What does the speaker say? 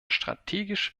strategisch